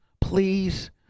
Please